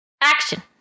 action